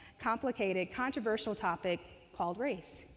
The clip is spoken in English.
complicated, controversial topic called race?